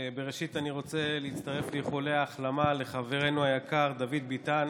בראשית אני רוצה להצטרף לאיחולי ההחלמה לחברנו היקר דוד ביטן,